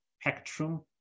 spectrum